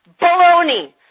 Baloney